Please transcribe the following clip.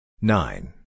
Nine